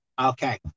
Okay